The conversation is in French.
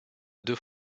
deux